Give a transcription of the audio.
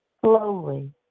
slowly